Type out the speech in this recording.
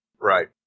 Right